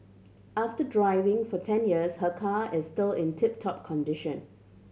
after driving for ten years her car is still in tip top condition